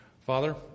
Father